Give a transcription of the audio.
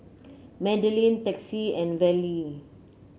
Madlyn Texie and Vallie